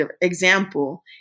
example